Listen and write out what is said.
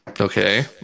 Okay